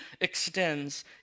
extends